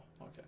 okay